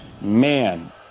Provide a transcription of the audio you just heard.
man